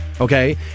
okay